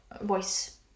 voice